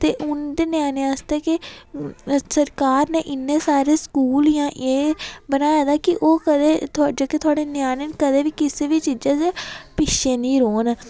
ते उं'दे ञ्यानें आस्तै के सरकार नै इ'न्ने सारे स्कूल जां एह् बनाए दा कि ओह् कदें जेह्के थुआढ़े ञ्यानें न कदें बी किसै बी चीज़ा दे पिच्छै निं रौह्न